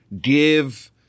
give